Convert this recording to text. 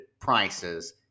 prices